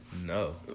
No